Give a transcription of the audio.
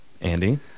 Andy